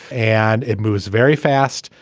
and it moves very fast.